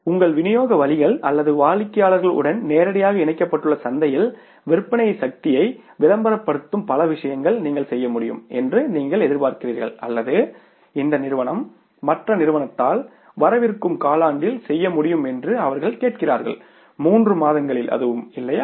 உங்கள் விநியோக வழிகள் அல்லது வாடிக்கையாளர்களுடன் நேரடியாக இணைக்கப்பட்டுள்ள சந்தையில் விற்பனை சக்தியை விளம்பரப்படுத்தும் பல விஷயங்கள் நீங்கள் செய்ய முடியும் என்று நீங்கள் எதிர்பார்க்கிறீர்கள் அல்லது இந்த நிறுவனம் மற்ற நிறுவனத்தால் வரவிருக்கும் காலாண்டில் செய்ய முடியும் என்று அவர்கள் கேட்கிறார்கள் மூன்று மாதங்களில் இல்லையா